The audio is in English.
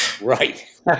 Right